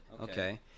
Okay